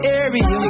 area